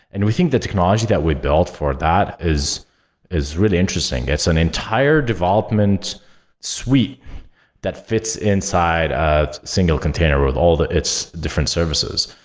and we think the technology that we built for that is is really interesting. it's an entire development suite that fits inside a single container with all its different services.